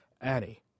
Annie